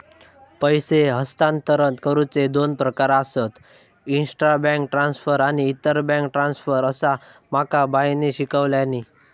पैसे हस्तांतरण करुचे दोन प्रकार आसत, इंट्रा बैंक ट्रांसफर आणि इंटर बैंक ट्रांसफर, असा माका बाईंनी शिकवल्यानी